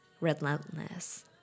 relentless